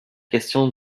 question